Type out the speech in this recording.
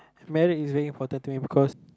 married is very important to me because